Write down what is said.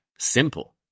Simple